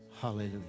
Hallelujah